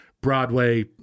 Broadway